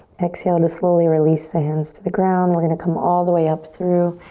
exhale to slowly release the hands to the ground. we're gonna come all the way up through.